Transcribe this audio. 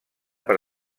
per